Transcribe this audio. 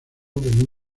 como